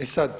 E sad,